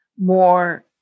more